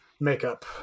makeup